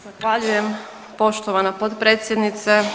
Zahvaljujem poštovana potpredsjednice.